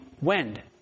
wind